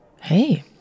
hey